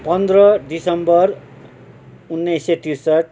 पन्ध्र डिसम्बर उन्नाइस सय त्रिसट्ठी